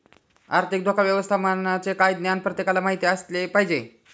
आर्थिक धोका व्यवस्थापनाचे काही ज्ञान प्रत्येकाला माहित असले पाहिजे